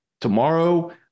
tomorrow